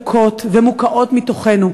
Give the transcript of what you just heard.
ומוכות ומוקעות מתוכנו.